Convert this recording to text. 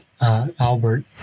Albert